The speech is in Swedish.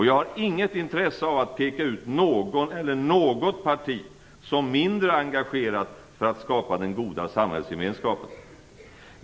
Jag har inget intresse av att peka ut någon eller något parti som mindre engagerat för att skapa den goda samhällsgemenskapen.